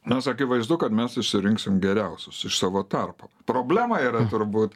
nes akivaizdu kad mes surinksim geriausius iš savo tarpo problema yra turbūt